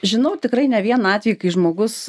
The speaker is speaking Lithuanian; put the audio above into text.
žinau tikrai ne vieną atvejį kai žmogus